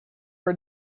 for